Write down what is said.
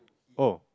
oh